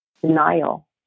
denial